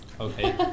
Okay